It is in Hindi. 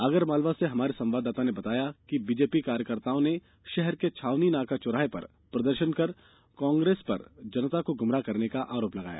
आगर मालवा से हमारे संवाददाता ने बताया है कि भाजपा कार्यकर्ताओं ने शहर के छावनी नाका चौराहे पर प्रदर्शन कर कांग्रेस पर जनता को गुमराह करने का आरोप लगाया